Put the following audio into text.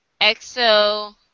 Exo